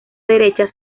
derecha